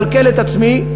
כדי לכלכל את עצמי,